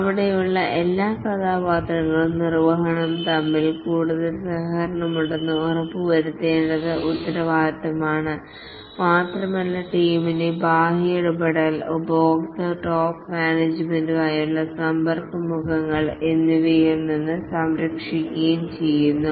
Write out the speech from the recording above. അവിടെയുള്ള എല്ലാ കഥാപാത്രങ്ങളും നിർവഹണവും തമ്മിൽ കൂടുതൽ സഹകരണമുണ്ടെന്ന് ഉറപ്പുവരുത്തേണ്ടത് ഉത്തരവാദിത്തമാണ് മാത്രമല്ല ടീമിനെ ബാഹ്യ ഇടപെടൽ ഉപഭോക്തൃ ടോപ്പ് മാനേജുമെന്റുമായുള്ള സമ്പർക്കമുഖങ്ങൾ എന്നിവയിൽ നിന്ന് സംരക്ഷിക്കുകയും ചെയ്യുന്നു